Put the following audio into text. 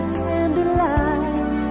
candlelight